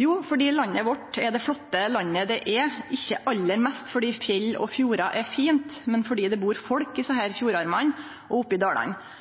Jo, det er fordi landet vårt er det flotte landet det er, ikkje aller mest fordi fjell og fjordar er fint, men fordi det bur folk i fjordarmane og oppi dalane.